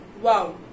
Wow